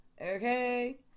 Okay